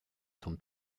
zum